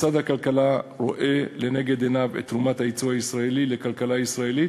משרד הכלכלה רואה לנגד עיניו את תרומת היצוא הישראלי לכלכלה הישראלית,